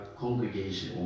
congregation